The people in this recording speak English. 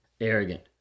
arrogant